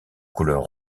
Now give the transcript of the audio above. couleurs